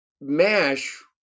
MASH